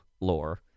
lore